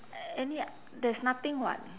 any there's nothing [what]